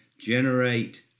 generate